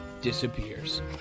disappears